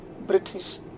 British